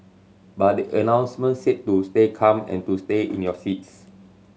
but the announcement said to stay calm and to stay in your seats